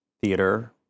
theater